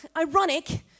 ironic